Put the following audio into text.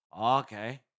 okay